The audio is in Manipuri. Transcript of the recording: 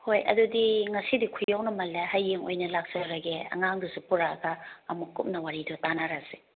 ꯍꯣꯏ ꯑꯗꯨꯗꯤ ꯉꯁꯤꯗꯤ ꯈꯨꯌꯧꯅꯃꯜꯂꯦ ꯍꯌꯦꯡ ꯑꯣꯏꯅ ꯂꯥꯛꯆꯔꯒꯦ ꯑꯉꯥꯡꯗꯨꯁꯨ ꯄꯨꯔꯛꯂꯒ ꯑꯃꯨꯛ ꯀꯨꯞꯅ ꯋꯥꯔꯤꯗꯨ ꯇꯥꯟꯅꯔꯁꯦ